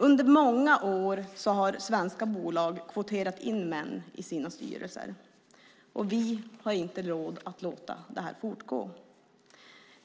Under många år har svenska bolag kvoterat in män i sina styrelser, och vi har inte råd att låta det här fortgå.